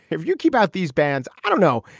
if you keep out these bands, i don't know.